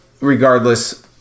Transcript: Regardless